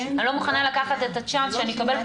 אני לא מוכנה לקחת את הצ'אנס שאני אקבל פה